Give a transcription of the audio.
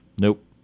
Nope